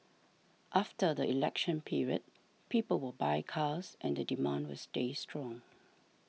after the election period people will buy cars and the demand will stay strong